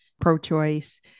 pro-choice